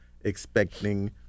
expecting